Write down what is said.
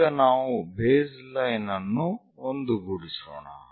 ಈಗ ನಾವು ಬೇಸ್ಲೈನ್ ಅನ್ನು ಒಂದುಗೂಡಿಸೋಣ